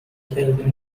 کردین